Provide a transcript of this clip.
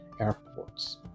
airports